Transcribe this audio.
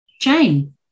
Jane